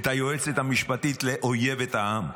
את היועצת המשפטית לאויבת העם.